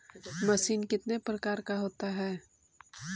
Machine कितने प्रकार का होता है?